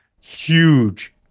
Huge